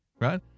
right